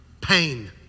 pain